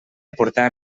portar